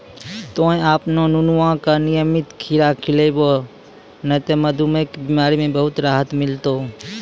तोहॅ आपनो नुनुआ का नियमित खीरा खिलैभो नी त मधुमेह के बिमारी म बहुत राहत मिलथौं